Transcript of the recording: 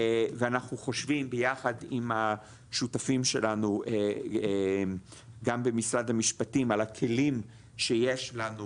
ואנחנו חושבים ביחד עם השותפים שלנו גם במשרד המשפטים על הכלים שיש לנו